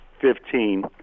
fifteen